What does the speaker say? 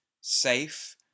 safe